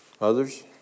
Others